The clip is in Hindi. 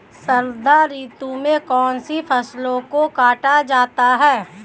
शरद ऋतु में कौन सी फसलों को काटा जाता है?